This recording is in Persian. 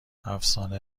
افسانه